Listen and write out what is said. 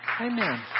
Amen